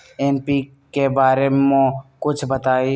NPK बारे म कुछ बताई?